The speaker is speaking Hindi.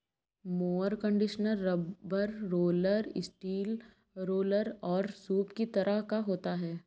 mower conditioner rubber roller, steel roller और सूप के तरह का होता है